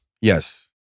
Yes